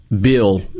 Bill